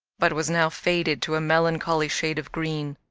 but was now faded to a melancholy shade of green.